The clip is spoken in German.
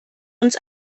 uns